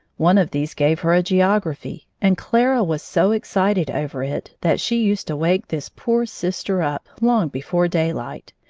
one of these gave her a geography, and clara was so excited over it that she used to wake this poor sister up long before daylight,